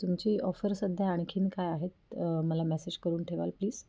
तुमची ऑफर सध्या आणखी काय आहेत मला मेसेज करून ठेवाल प्लीज